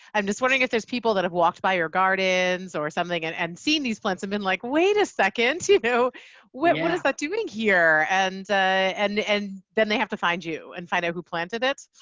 i'm just wondering if there's people that have walked by your gardens or something and and seen these plants and been like wait a second! you know what what is that doing here? and and then they have to find you and find out who planted it.